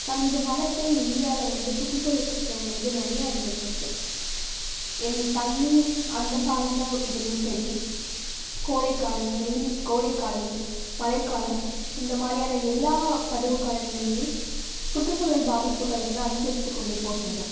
சமீபகாலத்தில் இந்தியாவில வந்து சுற்றுசூழல் பிரச்சனைங்கிறது நிறைய இருந்துகிட்ருக்கு எந் தண்ணி அந்த சார்ந்த இதுலேயும் சரி கோடைக்காலம் வெயில் கோடைக்காலம் மழைக்காலம் இந்த மாதிரியான எல்லா பருவக்காலங்களையுமே சுற்றுசூழல் பாதிப்புகள் வந்து அதிகரித்து கொண்டே போகிறது